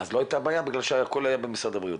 ואז לא הייתה בעיה כי הכול היה במשרד הבריאות.